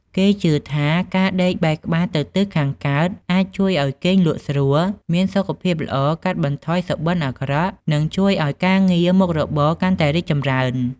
គេជឿថាការដេកបែរក្បាលទៅទិសខាងកើតអាចជួយឱ្យគេងលក់ស្រួល មានសុខភាពល្អ កាត់បន្ថយសុបិនអាក្រក់ និងជួយឱ្យការងារមុខរបរកាន់តែរីកចម្រើន។